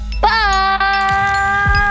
Bye